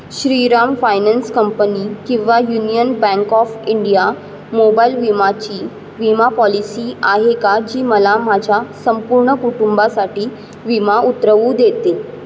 Shriram finance company किंवा Union Bank of India mobile विमाची विमा पॉलिसी आहे का जी मला माझ्या संपूर्ण कुटुंबासाठी विमा उतरवू देते